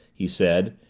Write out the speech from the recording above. he said.